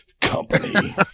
company